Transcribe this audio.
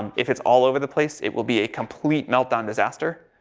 if it's all over the place it will be a complete meltdown disaster.